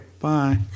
bye